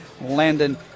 Landon